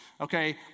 Okay